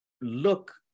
look